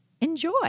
enjoy